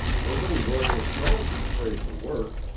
nobody worth his salt is afraid to work,